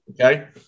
Okay